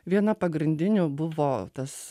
viena pagrindinių buvo tas